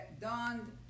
donned